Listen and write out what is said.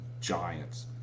giants